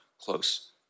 close